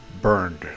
burned